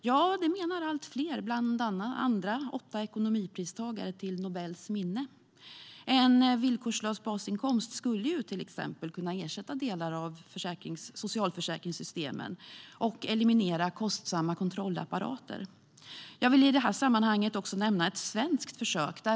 Ja, det menar allt fler, bland andra åtta ekonomipristagare till Nobels minne. En villkorslös basinkomst skulle till exempel kunna ersätta delar av socialförsäkringssystemen och eliminera kostsamma kontrollapparater. Jag vill i det sammanhanget nämna ett svenskt försök.